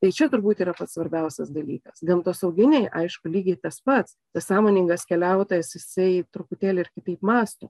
tai čia turbūt yra pats svarbiausias dalykas gamtosauginiai aišku lygiai tas pats tas sąmoningas keliautojas jisai truputėlį ir kitaip mąsto